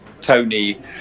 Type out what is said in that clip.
Tony